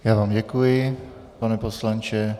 Já vám děkuji, pane poslanče.